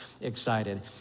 excited